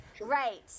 Right